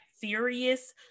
serious